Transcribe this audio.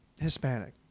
Hispanic